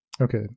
Okay